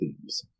themes